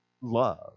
love